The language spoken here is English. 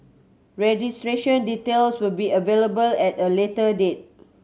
registration details will be available at a later date